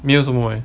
没有什么 eh